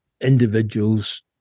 individuals